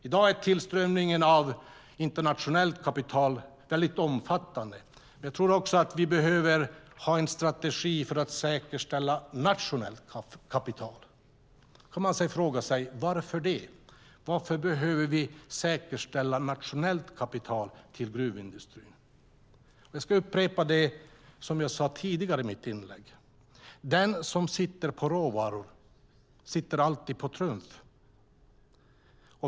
I dag är tillströmningen av internationellt kapital väldigt omfattande. Vi behöver ha en strategi för att säkerställa nationellt kapital. Man kan fråga sig: Varför det? Varför behöver vi säkerställa nationellt kapital till gruvindustrin? Jag ska upprepa det som jag sade tidigare i mitt inlägg: Den som sitter på råvaror sitter alltid med trumf.